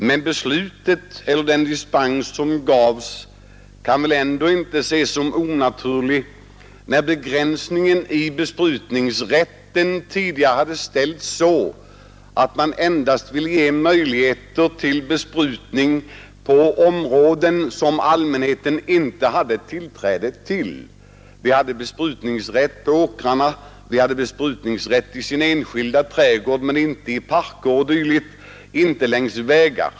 Men den dispens som gavs kan väl ändå inte ses som onaturlig när besprutningsrätten tidigare hade begränsats så att man endast velat ge möjligheter till besprutning på områden som allmänheten inte hade tillträde till. Vi hade tidigare besprutningsrätt på åkrarna och i enskilda trädgårdar men inte i parker och liknande och inte längs vägar.